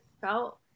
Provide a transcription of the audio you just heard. felt